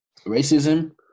racism